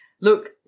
look